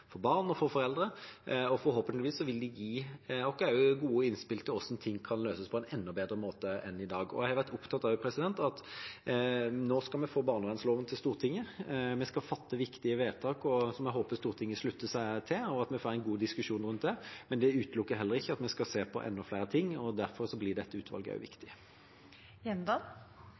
for barn og for foreldre. Forhåpentligvis vil det gi oss gode innspill til hvordan ting kan løses på en enda bedre måte enn i dag. Jeg har også vært opptatt av at vi nå skal få barnevernsloven til Stortinget. Vi skal fatte viktige vedtak som jeg håper vi får en god diskusjon om, og som Stortinget slutter seg til, men det utelukker heller ikke at vi skal se på enda flere ting. Derfor blir dette utvalget også viktig.